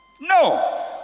No